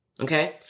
okay